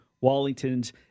Wallington's